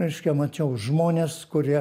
reiškia mačiau žmones kurie